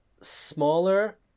smaller